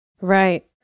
Right